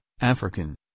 african